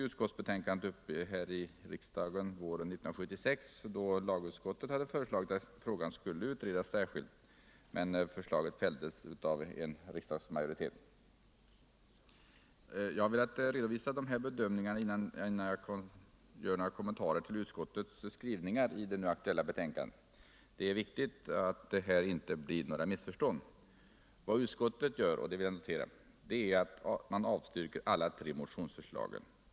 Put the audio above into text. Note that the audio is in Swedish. Jag har velat redovisa de här bedömningarna innan jag kommenterar utskottets skrivningar i det nu aktuella betänkandet. Det är viktigt att det här inte blir några missförstånd. Vad utskottet gör — det bör noteras — är att det avstyrker alla tre motionsförslagen.